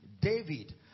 David